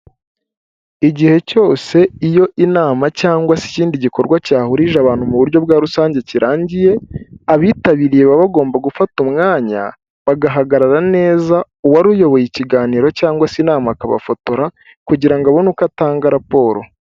Igihe cyose iyo inama cyangwa se ikindi gikorwa cyahurije abantu mu buryo bwa rusange kirangiye, abitabiriye baba bagomba gufata umwanya, bagahagarara neza, uwari uyoboye ikiganiro cyangwa se inama akabafotora kugira ngo abone uko atanga raporo.